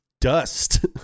Dust